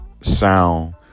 sound